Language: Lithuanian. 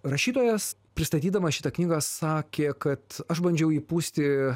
rašytojas pristatydamas šitą knygą sakė kad aš bandžiau įpūsti